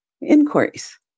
inquiries